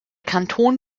kanton